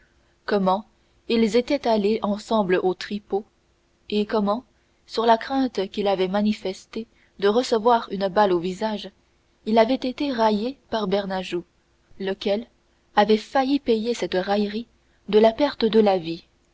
comment ils étaient allés ensemble au tripot et comment sur la crainte qu'il avait manifestée de recevoir une balle au visage il avait été raillé par bernajoux lequel avait failli payer cette raillerie de la perte de la vie